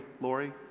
Lori